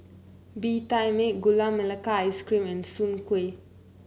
Bee Tai Mak Gula Melaka Ice Cream and Soon Kway